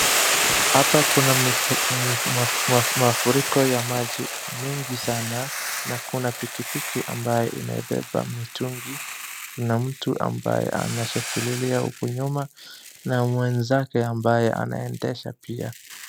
Hapa kuna maf mafu mafu mafuriko ya maji mingi sana, na kuna pikipiki ambaye imebeba mitungi. Kuna mtu ambaye ameshikililia huku nyuma, na mwenzake ambaye anaendesha pia.